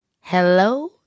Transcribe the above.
Hello